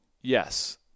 yes